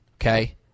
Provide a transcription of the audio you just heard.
okay